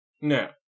No